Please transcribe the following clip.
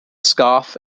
scarf